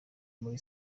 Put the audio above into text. muri